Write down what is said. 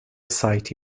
sight